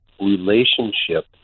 relationship